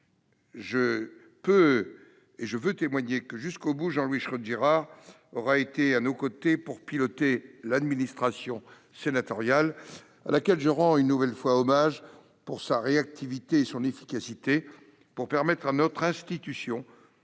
Je peux témoigner que, jusqu'au bout, Jean-Louis Schroedt-Girard aura été à nos côtés pour piloter l'administration sénatoriale, à laquelle je rends une nouvelle fois hommage pour la réactivité et l'efficacité dont elle a fait preuve pour permettre à notre institution